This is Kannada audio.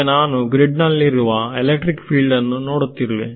ಈಗ ನಾನು ಗ್ರಿಡ್ ನಲ್ಲಿರುವ ಎಲೆಕ್ಟ್ರಿಕ್ ಫೀಲ್ಡ್ ಅನ್ನು ನೋಡುತ್ತಿರುವೆ